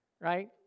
right